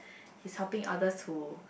he's helping other to